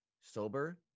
sober